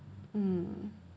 mm